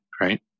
right